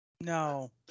No